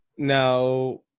Now